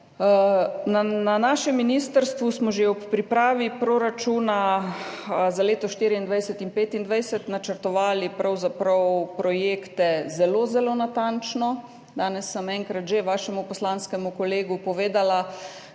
Na našem ministrstvu smo že ob pripravi proračuna za leti 2024 in 2025 načrtovali pravzaprav projekte zelo, zelo natančno. Danes sem enkrat že vašemu poslanskemu kolegu povedala,